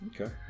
Okay